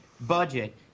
budget